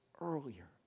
earlier